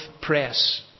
press